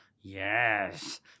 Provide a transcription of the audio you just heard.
yes